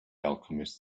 alchemist